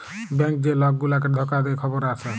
bank যে লক গুলাকে ধকা দে খবরে আসে